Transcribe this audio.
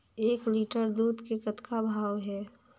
एक लिटर दूध के कतका भाव हे?